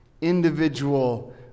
individual